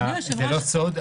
זה לא סוד,